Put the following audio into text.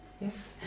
Yes